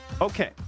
Okay